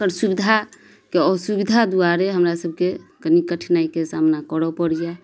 ओकर सुविधाके असुविधा दुआरे हमरा सबके कनि कठिनाइके सामना करऽ पड़इए